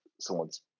someone's